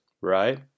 right